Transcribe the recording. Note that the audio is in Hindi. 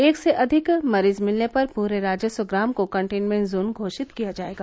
एक से अधिक मरीज मिलने पर पूरे राजस्व ग्राम को कंटेनमेन्ट जोन घोषित किया जाएगा